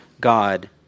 God